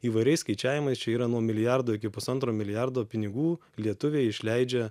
įvairiais skaičiavimais čia yra nuo milijardo iki pusantro milijardo pinigų lietuviai išleidžia